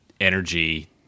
energy